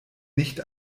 nicht